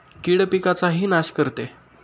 कीड पिकाचाही नाश करते